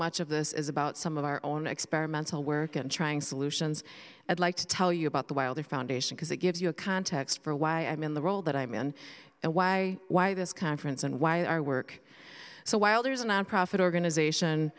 much of this is about some of our own experimental work and trying solutions i'd like to tell you about the wilder foundation because it gives you a context for why i'm in the role that i'm in and why why this conference and why our work so while there's a nonprofit organization